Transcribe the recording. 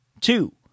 two